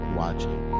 watching